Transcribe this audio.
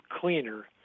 cleaner